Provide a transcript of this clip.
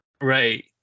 right